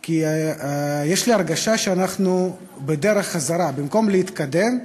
כי יש לי הרגשה שאנחנו בדרך חזרה, במקום להתקדם,